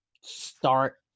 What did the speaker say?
start